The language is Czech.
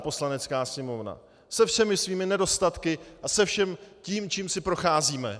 Poslanecká sněmovna se všemi svými nedostatky a se vším, čím si procházíme.